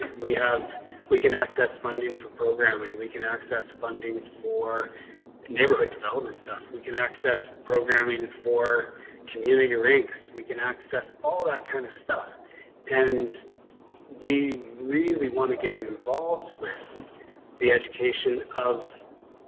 and we have we can access funding for programming. we can access funding for neighborhood development stuff. we can access programming for community rinks. we can access all that kind of stuff and we really want to get and involved with the education of.